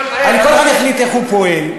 כל אחד יחליט איך הוא פועל,